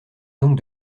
donc